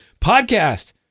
podcast